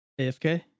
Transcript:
AFK